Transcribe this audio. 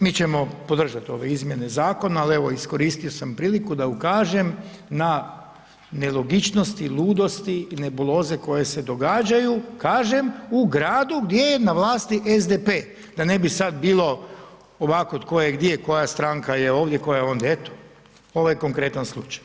Mi ćemo podržati ove izmjene zakona, al evo iskoristio sam priliku da ukažem na nelogičnosti i ludosti i nebuloze koje se događaju, kažem u gradu gdje je na vlasti SDP, da ne bi sad bilo ovako tko je gdje, koja je stranka je ovdje, koja je ondje, eto ovo je konkretan slučaj.